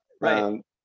Right